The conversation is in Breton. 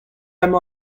emañ